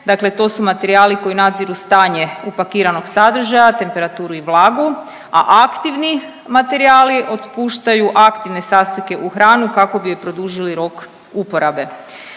Dakle, to su materijali koji nadziru stanje upakiranog sadržaja, temperaturu i vlagu, a aktivni materijali otpuštaju aktivne sastojke u hranu kako bi joj produžili rok uporabe.